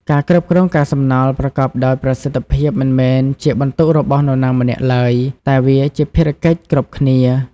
ការគ្រប់គ្រងកាកសំណល់ប្រកបដោយប្រសិទ្ធភាព មិនមែនជាបន្ទុករបស់នរណាម្នាក់ឡើយ តែវាជាភារៈកិច្ចគ្រប់គ្នា។